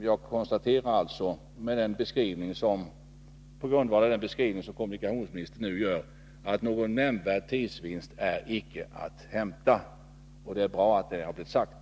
Jag konstaterar alltså, på grundval av den beskrivning som kommunikationsministern nu gör, att någon nämnvärd tidsvinst inte kan göras. Det är bra att det har blivit sagt.